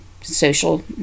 social